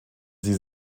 sie